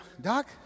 Doc